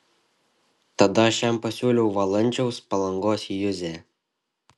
tada aš jam pasiūliau valančiaus palangos juzę